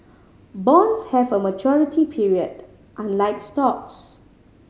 bonds have a maturity period unlike stocks